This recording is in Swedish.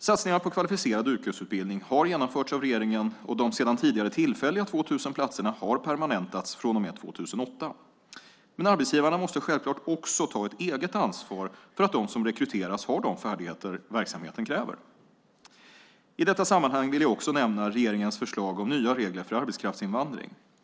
Satsningar på kvalificerad yrkesutbildning har genomförts av regeringen, och de sedan tidigare tillfälliga 2 000 platserna har permanentats från och med 2008. Men arbetsgivarna måste självklart också ta ett eget ansvar för att de som rekryteras har de färdigheter verksamheten kräver. I detta sammanhang vill jag också nämna regeringens förslag om nya regler för arbetskraftsinvandring.